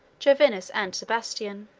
jovinus and sebastian.